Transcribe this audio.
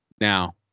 now